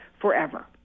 forever